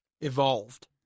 Evolved